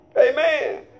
Amen